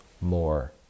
more